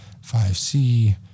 5C